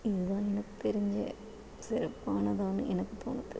இது தான் எனக்கு தெரிஞ்ச சிறப்பானதாக எனக்கு தோணுது